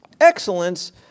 Excellence